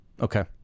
okay